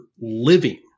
living